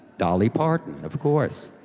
dolly parton of course.